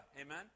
Amen